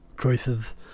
choices